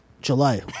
July